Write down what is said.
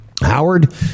Howard